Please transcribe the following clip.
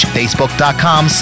facebook.com